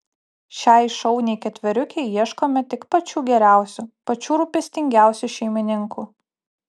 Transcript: šiai šauniai ketveriukei ieškome tik pačių geriausių pačių rūpestingiausių šeimininkų